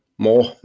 more